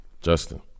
Justin